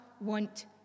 want